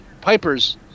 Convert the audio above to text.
Piper's